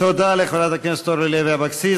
תודה לחברת הכנסת אורלי לוי אבקסיס.